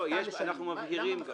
לא, אנחנו מבהירים כאן.